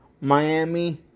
Miami